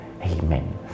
Amen